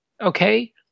Okay